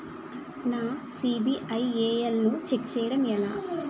నా సిబిఐఎల్ ని ఛెక్ చేయడం ఎలా?